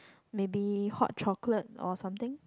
maybe hot chocolate or something